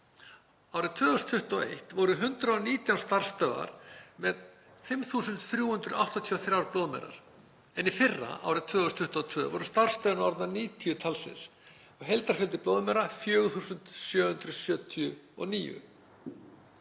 Árið 2021 voru 119 starfsstöðvar með 5.383 blóðmerar en í fyrra, árið 2022, voru starfsstöðvar orðnar 90 talsins og heildarfjöldi blóðmera 4.779.